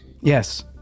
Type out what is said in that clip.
Yes